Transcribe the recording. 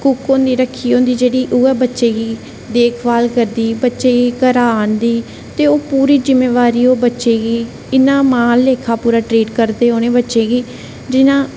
cook होंदी रक्खी दी जेह्ड़ी बच्चे गी देखभाल करदी बच्चे गी घरा आह्नदी ते ओह् पूरी जिम्मेवारी बच्चे गी इ'नें मां आह्ले लेखा ट्रीट करदे उ'नें बच्चें गी जि'यां